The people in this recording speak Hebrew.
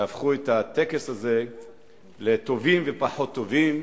הפכו את הטקס הזה לטובים ופחות טובים,